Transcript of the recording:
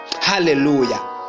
hallelujah